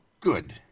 Good